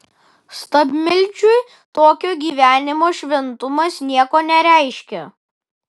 stabmeldžiui tokio gyvenimo šventumas nieko nereiškia